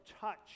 touch